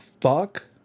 fuck